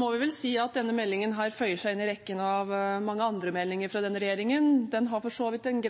må vi vel si at denne meldingen føyer seg inn i rekken av mange andre meldinger fra denne regjeringen. Den har for så vidt en